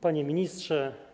Panie Ministrze!